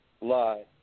Lie